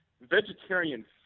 vegetarian